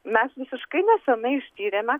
mes visiškai neseniai ištyrėme